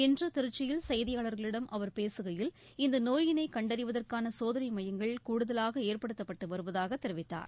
இன்று திருச்சியில் செய்தியாளர்களிடம் அவர் பேசுகையில் இந்த நோயினை கண்டறிவதற்கான சோதனை மையங்கள் கூடுதலாக ஏற்படுத்தப்பட்டு வருவதாக தெரிவித்தார்